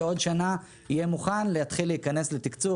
שעוד שנה יהיה מוכן להתחיל להיכנס לתקצוב